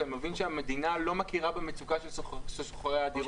כי אני מבין שהמדינה לא מכירה במצוקה של שוכרי הדירות,